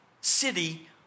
city